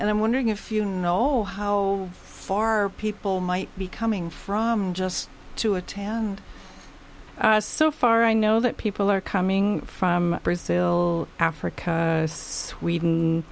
and i'm wondering if you know how far people might be coming from just to attack and so far i know that people are coming from brazil africa sweden